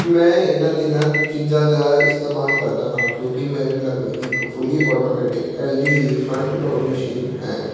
ਮੈਂ ਇਹਨਾਂ ਤਿੰਨਾਂ ਚੀਜ਼ਾਂ ਦਾ ਇਸਤੇਮਾਲ ਕਰਦਾ ਹਾਂ ਕਿਉਂਕਿ ਮੇਰੇ ਲਵੇ ਇੱਕ ਫੁੱਲੀ ਆਟੋਮੈਟਿਕ ਐੱਲ ਜੀ ਦੀ ਫਰੰਟ ਲੋਡ ਮਸ਼ੀਨ ਹੈ